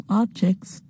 objects